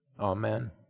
Amen